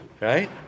Right